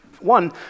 One